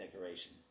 decoration